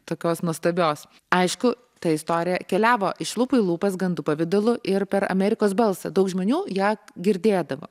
tokios nuostabios aišku ta istorija keliavo iš lūpų į lūpas gandų pavidalu ir per amerikos balsą daug žmonių ją girdėdavo